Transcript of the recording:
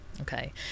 okay